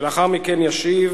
לאחר מכן ישיב